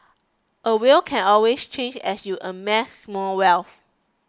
a will can always change as you amass more wealth